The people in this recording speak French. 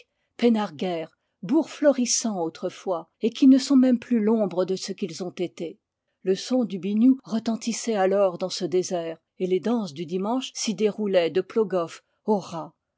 lestrézec penn ar gêr bourgs florissants autrefois et qui ne sont même plus l'ombre de ce qu'ils ont été le son du biniou retentissait alors dans ce désert et les danses du dimanche s'y déroulaient de plogoff au